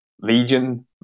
Legion